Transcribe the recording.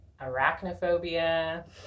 arachnophobia